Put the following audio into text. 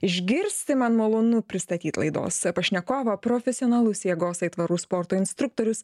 išgirsti man malonu pristatyt laidos pašnekovą profesionalus jėgos aitvarų sporto instruktorius